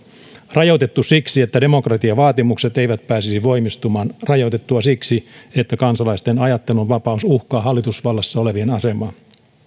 rajoitettua siksi että demokratiavaatimukset eivät pääsisi voimistumaan ja rajoitettua siksi että kansalaisten ajattelunvapaus uhkaa hallitusvallassa olevien asemaa